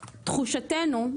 תחושתנו,